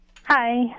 Hi